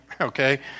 okay